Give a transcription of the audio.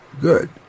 Good